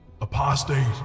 Apostate